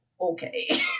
okay